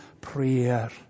prayer